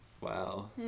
Wow